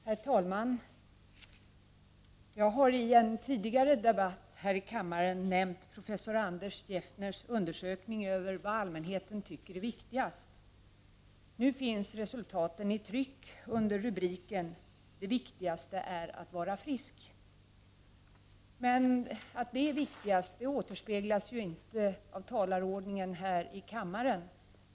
Herr talman! Jag har i en tidigare debatt här i kammaren nämnt professor Anders Jeffners undersökning av vad allmänheten tycker är viktigast. Nu finns resultaten i tryck under rubriken: ”Det viktigaste är att vara frisk”. Men att detta är det viktigaste återspeglas ju inte i talarordningen här i dag.